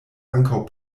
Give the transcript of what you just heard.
ankaŭ